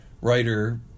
writer